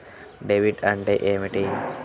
Debit అంటే ఏమిటి?